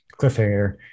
cliffhanger